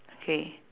K